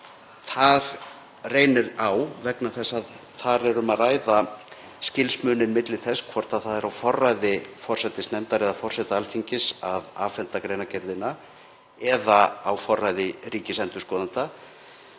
Það reynir á vegna þess að þar er um að ræða skilsmuninn milli þess hvort það er á forræði forsætisnefndar eða forseta Alþingis að afhenda greinargerðina eða á forræði ríkisendurskoðanda